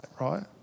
right